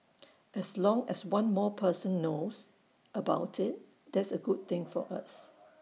as long as one more person knows about IT that's A good thing for us